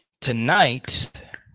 Tonight